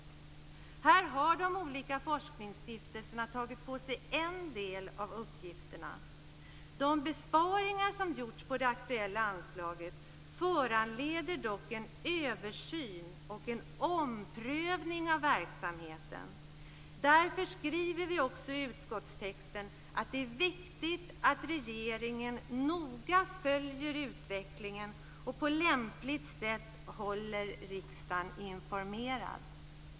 Här har de olika forskningsstiftelserna tagit på sig en del av uppgifterna. De besparingar som gjorts på det aktuella anslaget föranleder dock en översyn och en omprövning av verksamheten. Därför skriver vi också i utskottstexten att det är viktigt att regeringen noga följer utvecklingen och på lämpligt sätt håller riksdagen informerad.